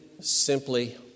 simply